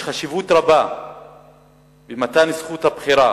יש חשיבות רבה במתן זכות הבחירה,